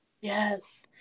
Yes